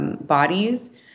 bodies